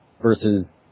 versus